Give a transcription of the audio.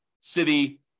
city